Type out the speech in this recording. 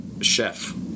chef